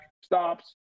stops